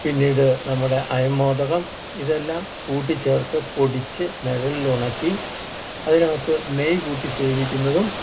പിന്നീട് നമ്മുടെ അയമോദകം ഇതെല്ലാം കൂട്ടിചേർത്ത് പൊടിച്ച് നെഴൽലൊണക്കി അതിനകത്ത് നെയ്യ് കൂട്ടി സേവിക്കുന്നതും